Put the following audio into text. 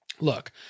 Look